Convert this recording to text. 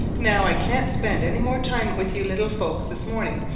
now i can't spend any more time with you little folks this morning,